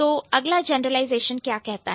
तो अगला जनरलाइजेशन क्या कहता है